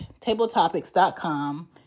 tabletopics.com